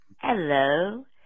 Hello